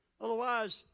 Otherwise